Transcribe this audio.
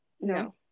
No